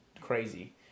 crazy